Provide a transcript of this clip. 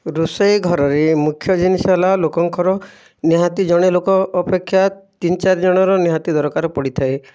ରୋଷେଇ ଘରରେ ମୁଖ୍ୟ ଜିନିଷ ହେଲା ଲୋକଙ୍କର ନିହାତି ଜଣେ ଲୋକ ଅପେକ୍ଷା ତିନି ଚାରି ଜଣର ନିହାତି ଦରକାର ପଡ଼ିଥାଏ